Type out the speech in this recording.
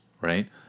right